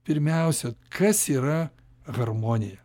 pirmiausia kas yra harmonija